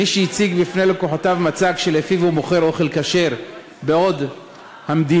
מי שהציג בפני לקוחותיו מצג שלפיו הוא מוכר אוכל כשר בעוד המדינה,